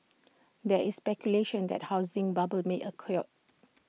there is speculation that A housing bubble may occur